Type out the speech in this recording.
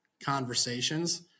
conversations